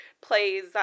plays